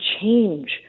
change